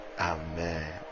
Amen